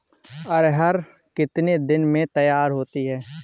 अरहर कितनी दिन में तैयार होती है?